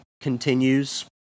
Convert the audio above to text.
continues